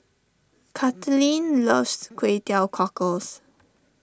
Kathaleen loves Kway Teow Cockles